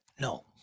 No